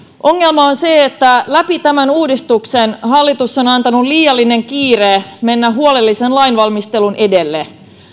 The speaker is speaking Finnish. ongelma on se että läpi tämän uudistuksen hallitus on antanut liiallisen kiireen mennä huolellisen lainvalmistelun edelle